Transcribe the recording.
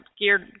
geared